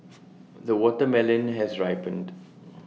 the watermelon has ripened